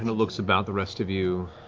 and looks about the rest of you,